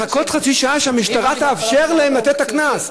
לחכות חצי שעה שהמשטרה תאפשר להם לתת את הקנס?